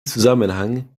zusammenhang